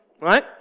right